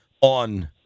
on